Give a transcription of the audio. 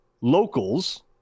locals